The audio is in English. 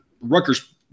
Rutgers